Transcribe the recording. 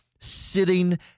sitting